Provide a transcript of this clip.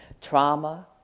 Trauma